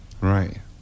Right